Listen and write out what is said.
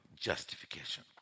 justification